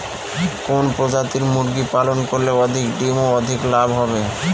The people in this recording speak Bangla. কোন প্রজাতির মুরগি পালন করলে অধিক ডিম ও অধিক লাভ হবে?